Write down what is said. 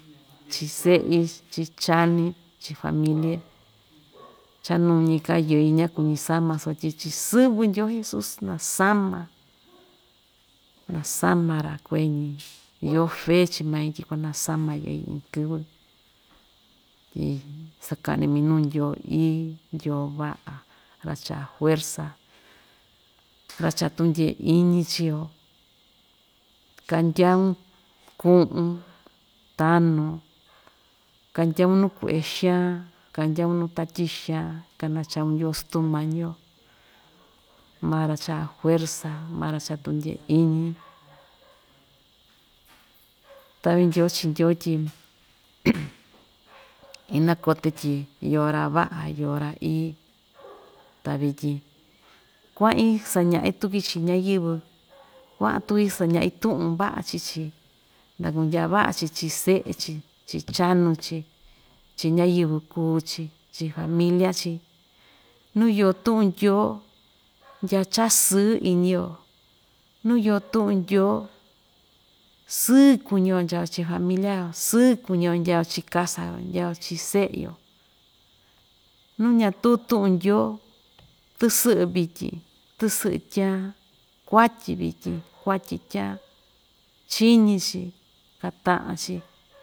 Chii se'i chii chaní chi familie cha nuu ñi‑ka yɨí ñaku‑ñi sama sotyi chi'in sɨvɨ ndyoo jesus na‑sama na‑sama‑ra kueñi iyo fe chii mai tyi kuanasama yɨi iin kɨvɨ tyi saka'ni minuu ndyoo ií ndyoo va'a ra‑cha'a juerza ra‑cha'a tundyee iñi chii‑yo kandyaun ku'un tanon kandyaun nuu kue'e xaan kandyaun nu tatyi xan kanachaun ndyoo sutumañi‑yo maa‑ra cha'a juerza, maa‑ra cha'a tundyee iñi ta'vi ndyoo chi ndyoo tyi inakote tyi iyo ra‑va'a iyo ra‑ií ta vityin kua'in saña'i tuki chii ñayɨvɨ kua'an tuki saña'i tu'un va'a chi‑chi na kundya va'a‑chi chi se'e‑chi chi chanu‑chi, chi ñayɨvɨ kuu‑chi, chi familia‑chi nuu yo tu'un ndyoo ndya chasɨɨ iñi‑yo nuu yo tu'un ndyoo sɨɨ kuñi‑yo ndyaa‑yo chi'in familia yo, sɨɨ kuñi‑yo ndyaa‑yo chi kasa‑yo ndyaa‑yo chi se'e‑yo nuu ñatu tu'un ndyoo tɨsɨ'ɨ vityin tɨsɨ'ɨ tyaan kuatyi vityin, kuatyi tyaan chíñi‑chi, taka'a‑chi.